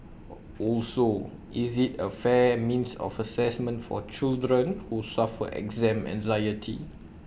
also is't A fair means of Assessment for children who suffer exam anxiety